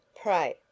Pray